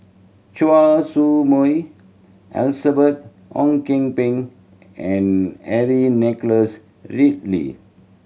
Choy Su Moi Elizabeth Ong Kian Peng and Henry Nicholas Ridley